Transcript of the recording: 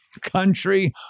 Country